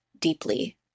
deeply